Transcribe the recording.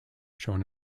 shown